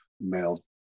male